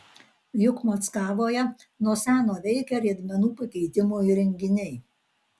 juk mockavoje nuo seno veikia riedmenų pakeitimo įrenginiai